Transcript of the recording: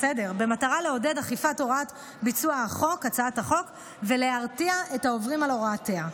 במטרה לעודד אכיפת ביצוע הוראות החוק ולהרתיע את העוברים על הוראותיה.